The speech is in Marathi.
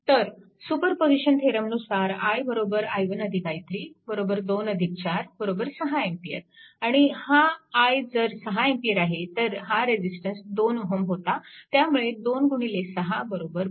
तर सुपरपोजीशन थेरमनुसार i i1 i3 2 4 6A आणि हा i जर 6A आहे तर हा रेजिस्टन्स 2Ω होता त्यामुळे 2 6 12V